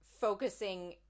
focusing